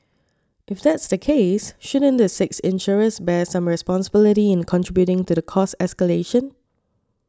if that's the case shouldn't the six insurers bear some responsibility in contributing to the cost escalation